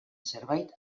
zerbait